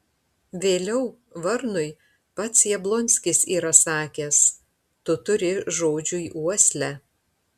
vėliau varnui pats jablonskis yra sakęs tu turi žodžiui uoslę